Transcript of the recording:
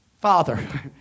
Father